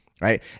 right